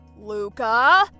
Luca